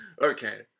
Okay